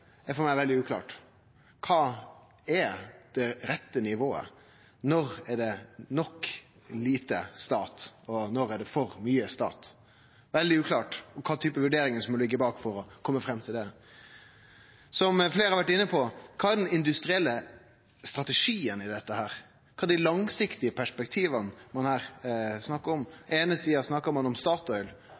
er for meg veldig uklart. Kva er det rette nivået? Når er det nok lite stat, og når er det for mykje stat? Det er veldig uklart kva type vurderingar som har lege bak for å kome fram til det. Som fleire har vore inne på: Kva er den industrielle strategien i dette, kva er dei langsiktige perspektiva ein her snakkar om? På den eine sida snakkar ein om